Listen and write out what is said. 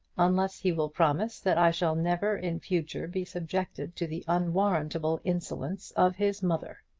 unless he will promise that i shall never in future be subjected to the unwarrantable insolence of his mother.